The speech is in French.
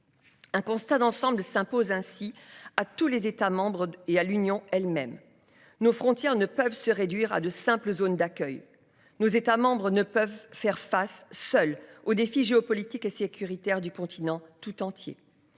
Un constat d'ensemble s'impose ainsi à tous les États membres et à l'Union elles-mêmes. Nos frontières ne peuvent se réduire à de simples zone d'accueil, nos États ne peuvent faire face seuls aux défis géopolitiques et sécuritaires du continent tout entier.